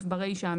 (א) - (א) ברישה,